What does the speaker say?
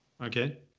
Okay